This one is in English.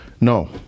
No